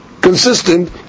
consistent